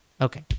okay